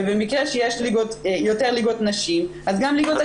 ובמקרה שיש יותר ליגות נשים אז גם ליגות הגברים נהנות.